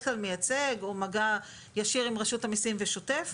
כלל אין להם מייצג או מגע ישיר עם רשות המיסים בשוטף.